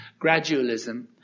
gradualism